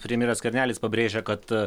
premjeras skvernelis pabrėžia kad